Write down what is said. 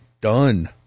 done